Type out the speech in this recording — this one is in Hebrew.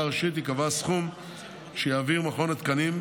ראשית ייקבע הסכום שיעביר מכון התקנים,